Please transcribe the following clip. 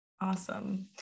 Awesome